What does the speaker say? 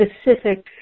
specific